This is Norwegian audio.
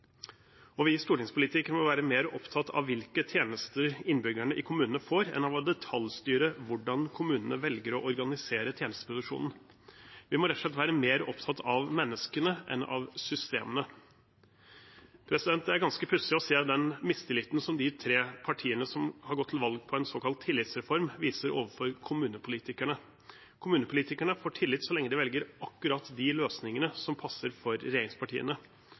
Vi stortingspolitikere må være mer opptatt av hvilke tjenester innbyggerne i kommunene får, enn av å detaljstyre hvordan kommunene velger å organisere tjenesteproduksjonen. Vi må rett og slett være mer opptatt av menneskene enn av systemene. Det er ganske pussig å se den mistilliten de tre partiene som har gått til valg på en såkalt tillitsreform, viser overfor kommunepolitikerne. Kommunepolitikerne får tillit så lenge de velger akkurat de løsningene som passer for regjeringspartiene.